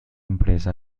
empresa